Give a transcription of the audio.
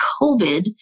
COVID